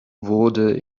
wurde